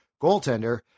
goaltender